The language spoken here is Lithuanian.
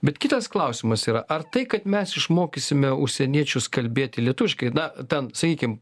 bet kitas klausimas yra ar tai kad mes išmokysime užsieniečius kalbėti lietuviškai na ten sakykim